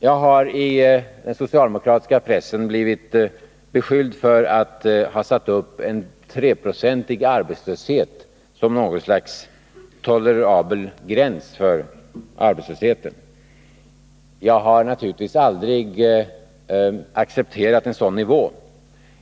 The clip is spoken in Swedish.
Jag har i den socialdemokratiska pressen blivit beskylld för att ha satt upp 3 Jo som något slags tolerabel gräns för arbetslösheten. Jag har naturligtvis aldrig accepterat en sådan nivå.